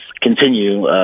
continue